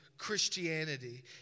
Christianity